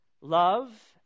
love